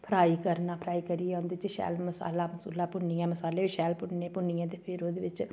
fry करना fry करियै उंदे च शैल मसाला मसूला भुन्नियै मसाले ई बी शैल भुन्नी भुन्नियै ते फिर ओहदे बिच्च